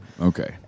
Okay